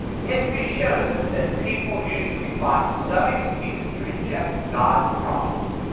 history shows us that people usually find some excuse to reject god's prophets.